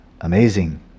Amazing